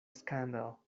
scandal